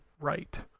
right